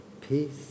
peace